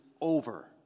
over